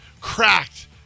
Cracked